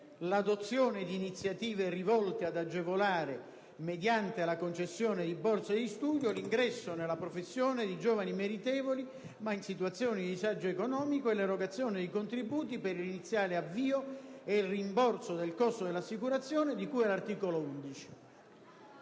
l'adozione di iniziative rivolte ad agevolare, mediante la concessione di borse di studio, l'ingresso nella professione di giovani meritevoli ma in situazioni di disagio economico e l'erogazione di contributi per l'iniziale avvio e il rimborso del costo dell'assicurazione di cui all'articolo 11».